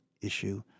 issue